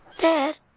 Dad